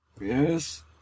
Yes